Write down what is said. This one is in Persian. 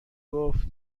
گفت